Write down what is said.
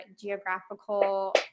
geographical